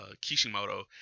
kishimoto